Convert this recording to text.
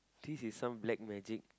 this is some black magic